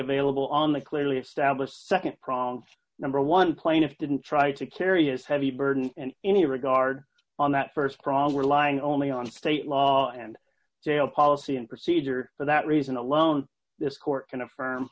available on the clearly established nd prong number one plaintiff didn't try to carry its heavy burden in any regard on that st prong relying only on state law and jail policy and procedure for that reason alone this court can affirm